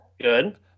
good